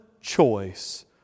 choice